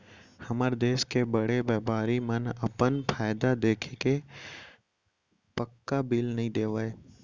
हमर देस के बड़े बैपारी मन अपन फायदा देखके पक्का बिल नइ देवय